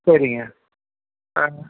சரிங்க